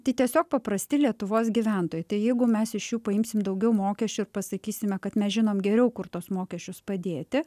tai tiesiog paprasti lietuvos gyventojai tai jeigu mes iš jų paimsim daugiau mokesčių ir pasakysime kad mes žinom geriau kur tuos mokesčius padėti